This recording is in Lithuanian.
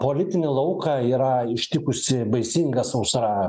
politinį lauką yra ištikusi baisinga sausra